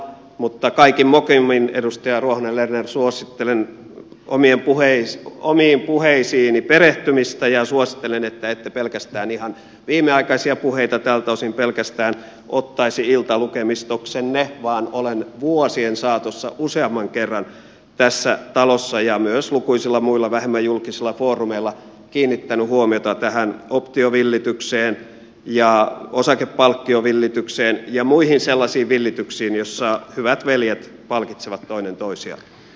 mutta kaikin mokomin edustaja ruohonen lerner suosittelen omiin puheisiini perehtymistä ja suosittelen että ette pelkästään ihan viimeaikaisia puheita tältä osin ottaisi iltalukemistoksenne kun olen vuosien saatossa useamman kerran tässä talossa ja myös lukuisilla muilla vähemmän julkisilla foorumeilla kiinnittänyt huomiota tähän optiovillitykseen ja osakepalkkiovillitykseen ja muihin sellaisiin villityksiin joissa hyvät veljet palkitsevat toinen toisiaan